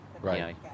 Right